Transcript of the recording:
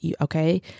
Okay